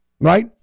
right